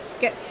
get